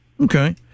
Okay